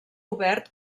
obert